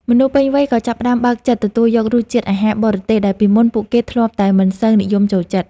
មនុស្សពេញវ័យក៏ចាប់ផ្តើមបើកចិត្តទទួលយករសជាតិអាហារបរទេសដែលពីមុនពួកគេធ្លាប់តែមិនសូវនិយមចូលចិត្ត។